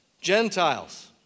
Gentiles